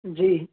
जी